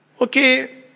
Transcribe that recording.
okay